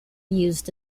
used